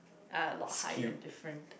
a lot higher and different